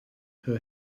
her